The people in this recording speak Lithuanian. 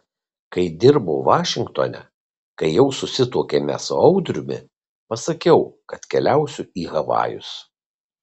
kai dirbau vašingtone kai jau susituokėme su audriumi pasakiau kad keliausiu į havajus